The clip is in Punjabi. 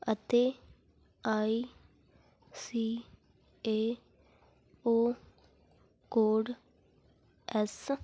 ਅਤੇ I C A O code S